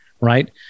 Right